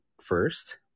first